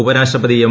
ഉപരാഷ്ട്രപതി എം